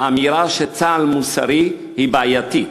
"האמירה שצה"ל מוסרי היא בעייתית".